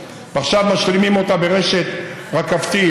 ועכשיו משלימים אותה ברשת רכבתית,